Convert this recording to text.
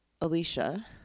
Alicia